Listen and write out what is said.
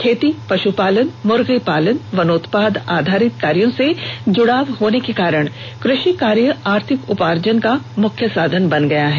खेती पश्रपालन मुर्गीपालन वनोत्पाद आधारित कार्यो से जुड़ाव होने के कारण कृषि कार्य आर्थिक उपार्जन का मुख्य साधन बन गया है